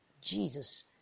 jesus